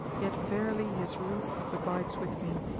yet verily his ruth abides with me,